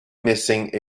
missing